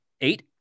Eight